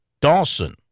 Dawson